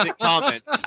comments